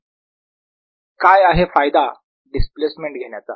Dfree काय आहे फायदा डिस्प्लेसमेंट घेण्याचा